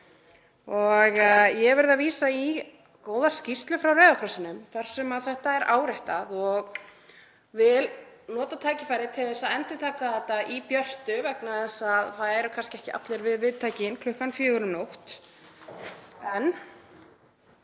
Ég hef verið að vísa í góða skýrslu frá Rauða krossinum þar sem þetta er áréttað og vil nota tækifærið til að endurtaka þetta í björtu vegna þess að það eru kannski ekki allir við viðtækin klukkan fjögur um nótt. Núna